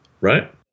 right